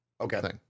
Okay